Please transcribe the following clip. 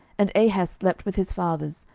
and ahaz slept with his fathers,